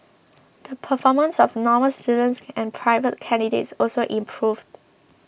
the performance of Normal students and private candidates also improved